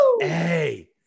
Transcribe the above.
Hey